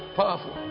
powerful